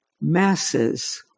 Masses